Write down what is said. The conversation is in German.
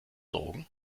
drogen